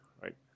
right